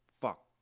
fuck